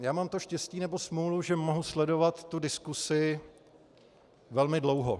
Já mám to štěstí nebo smůlu, že mohu sledovat tu diskusi velmi dlouho.